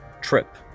trip